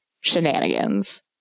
shenanigans